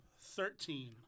thirteen